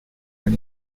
when